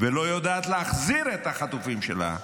ולא יודעת להחזיר את החטופים שלה,